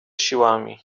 siłami